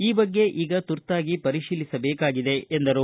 ಈ ಬಗ್ಗೆ ಈಗ ತುರ್ತಾಗಿ ಪರಿಶೀಲಿಸಬೇಕಾಗಿದೆ ಎಂದರು